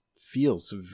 feels